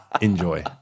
enjoy